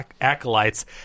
acolytes